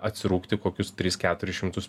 atsirūgti kokius tris keturis šimtus